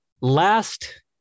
Last